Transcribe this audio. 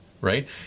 right